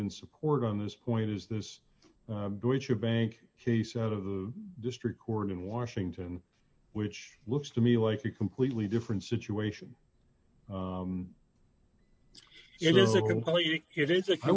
in support on this point is this your bank case out of the district court in washington which looks to me like a completely different situation it is